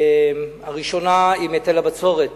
הראשונה עם היטל הבצורת,